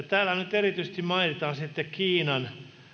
täällä nyt erityisesti mainitaan sitten kiinan